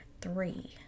three